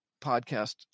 podcast